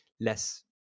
less